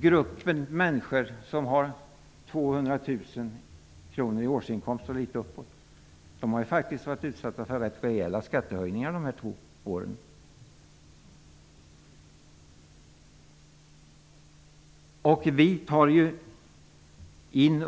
Gruppen människor som har 200 000 i årsinkomst och litet däröver har varit utsatt för rätt rejäla skattehöjningar under dessa två år. Vi tar in